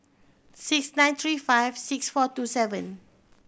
six nine three five six four two seven